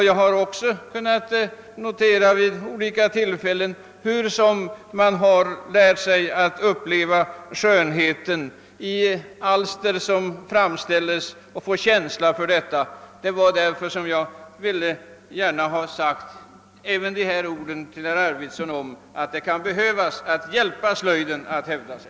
Jag har också kunnat notera hur elever har lärt sig att uppleva och få känsla för skönheten i alster som framställts. Det är därför, herr talman, jag har velat påpeka för herr Arvidson och kammaren att vi kan behöva hjälpa slöjden att hävda sig.